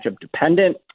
dependent